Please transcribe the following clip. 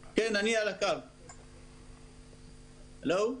שלום,